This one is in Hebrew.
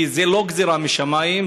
כי זה לא גזירה משמים,